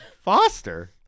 Foster